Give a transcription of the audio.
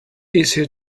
easier